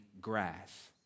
grass